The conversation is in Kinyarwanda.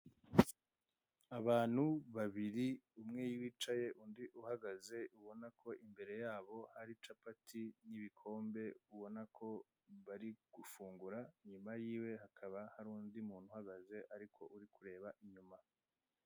Abantu babiri umwe yicaye undi uhagaze ubona ko imbere yabo ari capati n'ibikombe ubona ko bari gufungura, inyuma yiwe hakaba hari undi muntu uhagaze ariko ubona ko ari kureba inyuma.